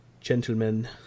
gentlemen